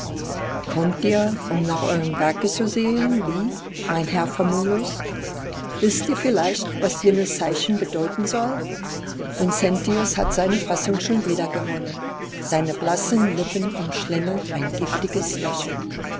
kommt ihr um nach eurem werke zu sehend wie mein herr famulus wißt ihr vielleicht was jenes zeichen bedeuten soll vincentius hat seine fassung schon wiedergewonnen seine blassen lippen umschlängelt ein giftiges lächeln